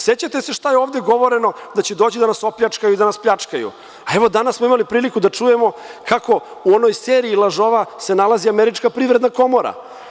Sećate se šta je govoreno da će doći da nas opljačkaju, a evo danas smo imali priliku da čujemo kako u onoj seriji lažova se nalazi Američka privredna komora.